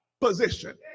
position